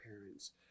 parents